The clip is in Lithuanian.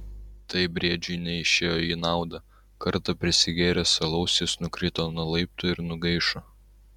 tai briedžiui neišėjo į naudą kartą prisigėręs alaus jis nukrito nuo laiptų ir nugaišo